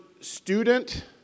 student